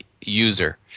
user